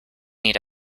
need